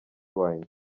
wine